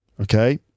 Okay